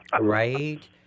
Right